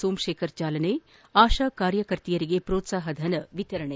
ಸೋಮಶೇಖರ್ ಚಾಲನೆ ಆಶಾ ಕಾರ್ಯಕರ್ತೆಯರಿಗೆ ಪ್ರೋತ್ಸಾಹ ಧನ ವಿತರಣೆ